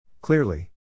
Clearly